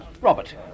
Robert